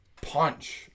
punch